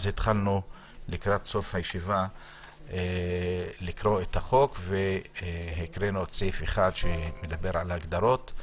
ולקראת סוף הישיבה התחלנו לקרוא את החוק וסעיף 1 שמדבר על הגדרות.